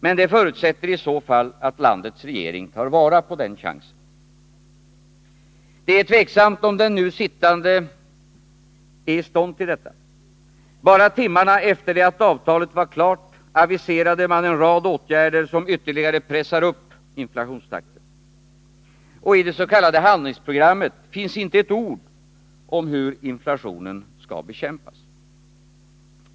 Men det förutsätter i så fall att landets regering tar vara på den chansen. Det är tveksamt om den sittande regeringen är i stånd till detta. Bara timmarna efter det att avtalet var klart aviserade man en rad åtgärder som pressar upp inflationstakten. Och i det s.k. handlingsprogrammet finns inte ett ord om hur inflationen skall bekämpas.